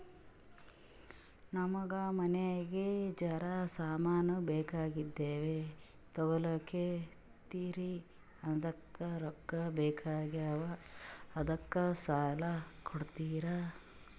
ನಮಗ ಮನಿಗಿ ಜರ ಸಾಮಾನ ಬೇಕಾಗ್ಯಾವ್ರೀ ತೊಗೊಲತ್ತೀವ್ರಿ ಅದಕ್ಕ ರೊಕ್ಕ ಬೆಕಾಗ್ಯಾವ ಅದಕ್ಕ ಸಾಲ ಕೊಡ್ತಾರ?